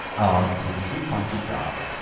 arm'd with two pointed darts,